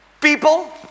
people